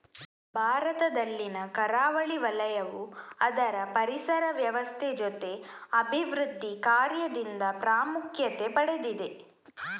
ಭಾರತದಲ್ಲಿನ ಕರಾವಳಿ ವಲಯವು ಅದರ ಪರಿಸರ ವ್ಯವಸ್ಥೆ ಜೊತೆ ಅಭಿವೃದ್ಧಿ ಕಾರ್ಯದಿಂದ ಪ್ರಾಮುಖ್ಯತೆ ಪಡೆದಿದೆ